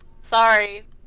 Sorry